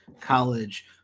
college